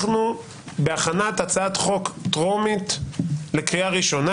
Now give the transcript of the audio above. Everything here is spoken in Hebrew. אנחנו בהכנת הצעת חוק טרומית לקריאה ראשונה.